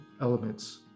elements